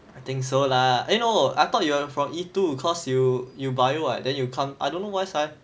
I think so lah eh no I thought you were from E two cause you you bio what then you come I don't know why